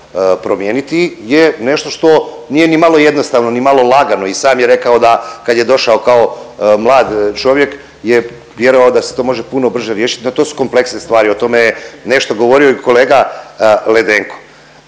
je nešto što nije ni malo jednostavno, ni malo lagano, i sam je rekao da kad je došao kao mlad čovjek je vjerovao da se to može puno brže riješiti, no to su kompleksne stvari, o tome je nešto govorio i kolega Ledenko.